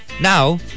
Now